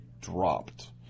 dropped